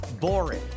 boring